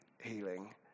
healing